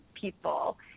people